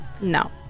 No